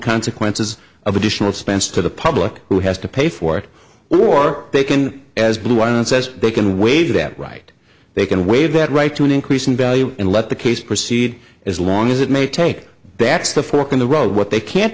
consequences of addition expense to the public who has to pay for war they can as blue one says they can waive that right they can waive that right to an increase in value and let the case proceed as long as it may take backs the fork in the road what they can't